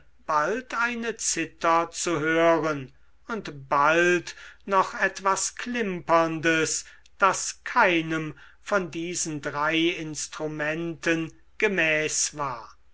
bald eine zither zu hören und bald noch etwas klimperndes das keinem von diesen drei instrumenten gemäß war